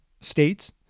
states